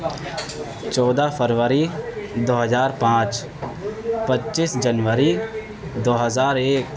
چودہ فروری دو ہزار پانچ پچیس جنوری دو ہزار ایک